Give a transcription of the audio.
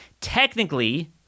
Technically